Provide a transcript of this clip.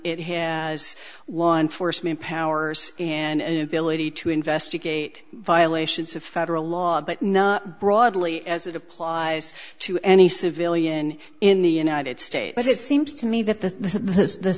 it has one force me in powers and ability to investigate violations of federal law but not broadly as it applies to any civilian in the united states but it seems to me that the th